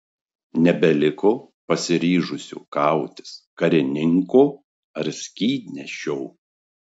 nebeliko pasiryžusio kautis karininko ar skydnešio